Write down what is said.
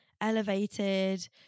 elevated